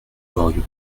goriot